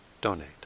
donate